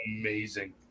amazing